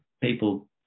people